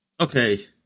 okay